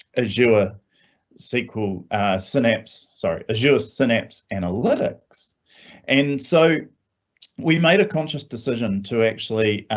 azure sql synapse sorry azure, synapse analytics and so we made a conscious decision to actually